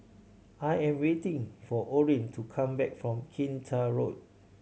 I am waiting for Orrin to come back from Kinta Road